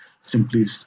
simply